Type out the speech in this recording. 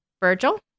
Virgil